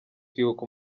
kwibuka